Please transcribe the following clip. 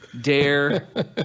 Dare